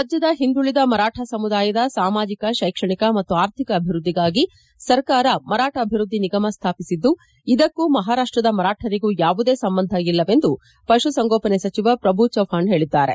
ರಾಜ್ಯದ ಹಿಂದುಳಿದ ಮರಾಠ ಸಮುದಾಯದ ಸಾಮಾಜಿಕ ಶೈಕ್ಷಣಿಕ ಮತ್ತು ಆರ್ಥಿಕ ಅಭಿವೃದ್ದಿಗಾಗಿ ಸರ್ಕಾರ ಮರಾಠ ಅಭಿವೃದ್ದಿ ನಿಗಮ ಸ್ವಾಪಿಸಿದ್ದು ಇದಕ್ಕೂ ಮಹಾರಾಷ್ಟದ ಮರಾಠರಿಗೂ ಯಾವುದೇ ಸಂಬಂಧವಿಲ್ಲವೆಂದು ಪಶು ಸಂಗೋಪನೆ ಸಚಿವ ಪ್ರಭು ಚವ್ವಾಣ್ ಹೇಳಿದ್ದಾರೆ